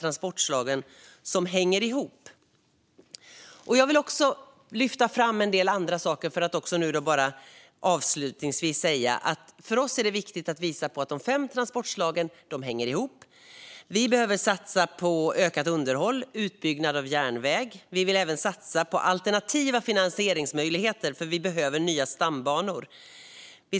Avslutningsvis: Centerpartiet ser hela landet, och för oss hänger de fem transportslagen ihop. Vi satsar på ökat underhåll och utbyggd järnväg. Vi satsar även på alternativa finansieringsmöjligheter eftersom nya stambanor behövs.